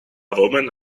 woman